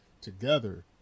together